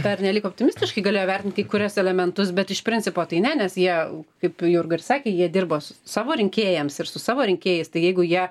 pernelyg optimistiškai galėjo vertint kai kuriuos elementus bet iš principo tai ne nes jie kaip jurga ir sakė jie dirbo su savo rinkėjams ir su savo rinkėjais tai jeigu jie